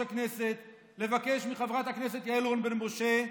הכנסת לבקש מחברת הכנסת יעל רון בן משה,